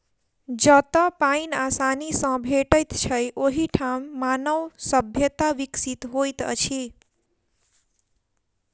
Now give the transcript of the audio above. जतअ पाइन आसानी सॅ भेटैत छै, ओहि ठाम मानव सभ्यता विकसित होइत अछि